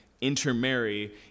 intermarry